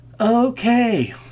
Okay